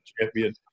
champion